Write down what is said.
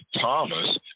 thomas